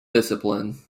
discipline